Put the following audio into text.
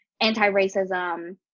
anti-racism